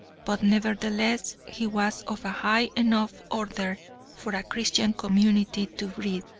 but nevertheless he was of a high enough order for a christian community to breed,